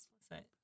explicit